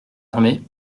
armés